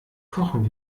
kochen